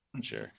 Sure